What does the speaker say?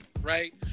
right